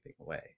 away